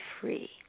free